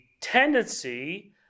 tendency